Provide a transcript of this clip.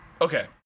okay